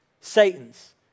Satan's